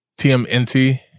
TMNT